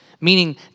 meaning